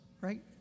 right